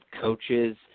coaches